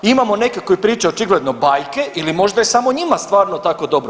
Imamo neke koji pričaju očigledno bajke ili možda je samo njima stvarno tako dobro.